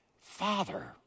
father